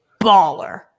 baller